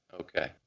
Okay